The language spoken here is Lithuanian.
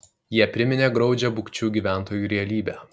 jie priminė graudžią bukčių gyventojų realybę